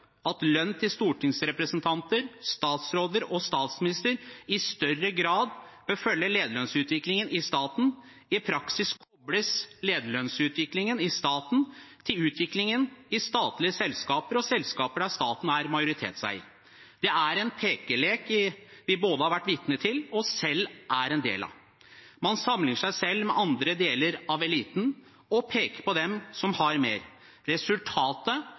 at lønn til stortingsrepresentanter, statsråder og statsminister i større grad bør følge lederlønnsutviklingen i staten. I praksis kobles lederlønnsutviklingen i staten til utviklingen i statlige selskaper og selskaper der staten er majoritetseier. Det er en pekelek vi både har vært vitne til, og selv er en del av. Man sammenligner seg selv med andre deler av eliten og peker på dem som har mer. Resultatet